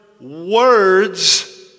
words